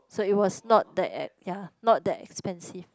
so it was not that ex ya not that expensive